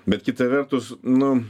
bet kita vertus nu